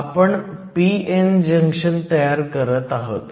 तर आपण p n junction तयार करत आहोत